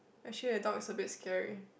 actually the dog is a bit scary